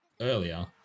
earlier